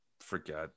forget